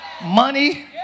money